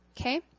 Okay